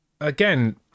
Again